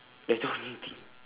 that's the only thing